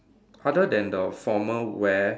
other than the formal wear